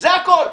זה הכול.